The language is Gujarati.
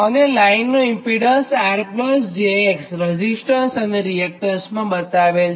અને લાઇનનું ઇમ્પીડન્સ rjx રેઝીસ્ટન્સ અને રીએક્ટન્સમાં બતાવેલ છે